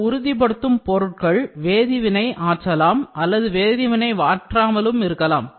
இந்த உறுதிப்படுத்தும் பொருட்கள் வேதிவினை ஆற்றலாம் அல்லது வேதிவினை ஆற்றாமலும் இருக்கலாம்